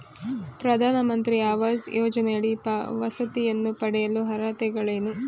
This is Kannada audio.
ಪ್ರಧಾನಮಂತ್ರಿ ಆವಾಸ್ ಯೋಜನೆಯಡಿ ವಸತಿಯನ್ನು ಪಡೆಯಲು ಅರ್ಹತೆಗಳೇನು?